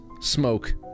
smoke